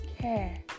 care